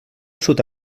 sud